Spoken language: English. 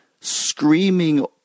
screaming